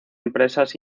empresas